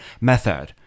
method